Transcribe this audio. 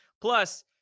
Plus